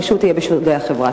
פשוט יהיה בשולי החברה.